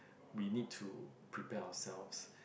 we need to prepare ourselves